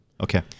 okay